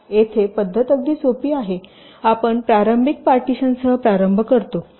येथे पद्धत अगदी सोपी आहे आपण प्रारंभिक पार्टीशनसह प्रारंभ करतो